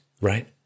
right